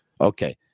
Okay